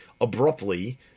abruptly